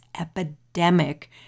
epidemic